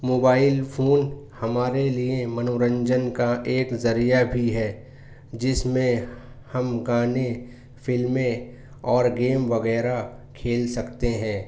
mobile phone ہمارے لیے منورنجن کا ایک ذریعہ بھی ہے جس میں ہم گانے فلمیں اور گیم وغیرہ کھیل سکتے ہیں